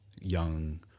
young